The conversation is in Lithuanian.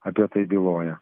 apie tai byloja